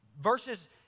verses